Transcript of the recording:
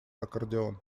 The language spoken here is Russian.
аккордеон